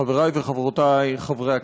חברי וחברותי חברי הכנסת,